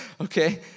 okay